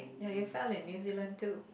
ya you fell in New Zealand too